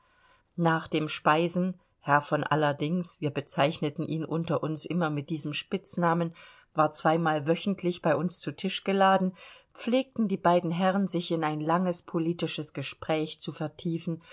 nach dem speisen herr von allerdings wir bezeichneten ihn unter uns immer mit diesem spitznamen war zweimal wöchentlich bei uns zu tisch geladen pflegten die beiden herren sich in ein langes politisches gespräch zu vertiefen